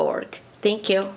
org thank you